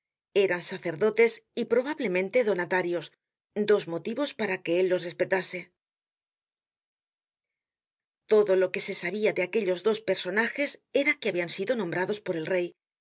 eran sacerdotes y probablemente donatarios dos motivos para que él los respetase todo lo que se sabia de aquellos dos personajes era que habian sido nombrados por el rey